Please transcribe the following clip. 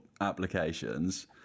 applications